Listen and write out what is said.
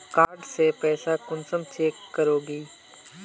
Card से पैसा कुंसम चेक करोगी?